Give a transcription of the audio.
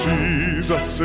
Jesus